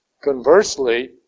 Conversely